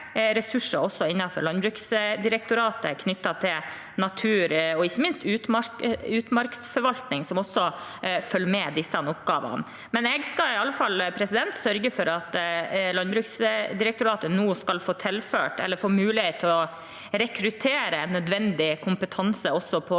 ressurser innenfor Landbruksdirektoratet knyttet til natur og ikke minst utmarksforvaltning, som også følger med disse oppgavene. Jeg skal iallfall sørge for at Landbruksdirektoratet nå skal få tilført eller få mulighet til å rekruttere nødvendig kompetanse